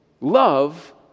love